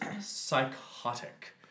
psychotic